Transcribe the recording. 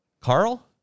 Carl